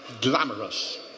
glamorous